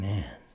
Man